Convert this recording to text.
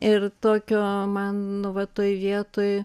ir tokio man nu va toj vietoj